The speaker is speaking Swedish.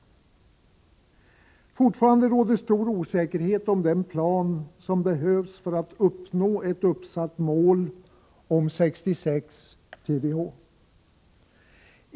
Fortfarande råder stor osäkerhet om den plan som behövs för att uppnå ett uppsatt mål om 66 TWh per år.